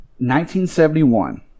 1971